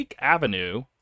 Avenue